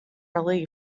relief